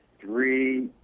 three